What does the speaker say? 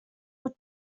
bod